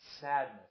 sadness